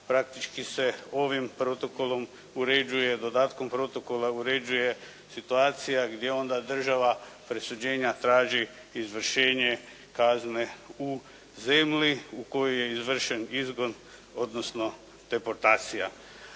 praktički se ovim protokolom uređuje, dodatkom protokola uređuje situacija gdje onda država presuđenja traži izvršenje kazne u zemlji u koju je izvršen izgon odnosno deportacija.